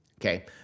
Okay